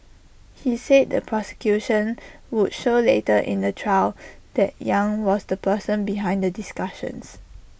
he said the prosecution would show later in the trial that yang was the person behind the discussions